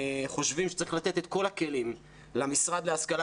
חושבים שצריך לתת את כל הכלים למשרד להשכלה